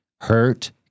hurt